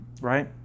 right